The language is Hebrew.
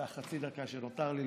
על חצי הדקה שנותרה לי,